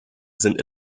sind